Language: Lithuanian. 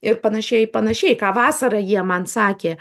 ir panašiai i panašiai ką vasarą jie man sakė